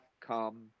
come